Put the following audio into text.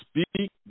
Speak